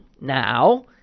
now